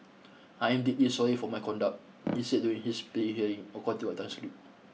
I am deeply sorry for my conduct he said during his plea hearing according to a transcript